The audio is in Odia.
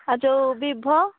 ଆଉ ଯେଉଁ ଭିଭୋ